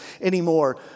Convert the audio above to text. anymore